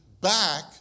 back